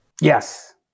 Yes